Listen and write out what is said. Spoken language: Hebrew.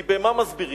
היא במה מסבירים.